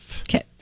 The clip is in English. Okay